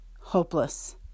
Hopeless